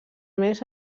més